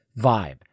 vibe